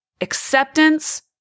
Acceptance